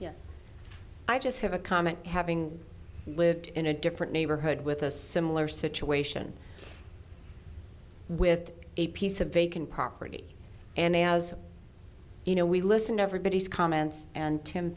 yes i just have a comment having lived in a different neighborhood with a similar situation with a piece of vacant property and as you know we listen to everybody's comments and t